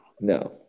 No